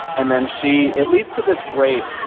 and then she it leads to this great.